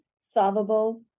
solvable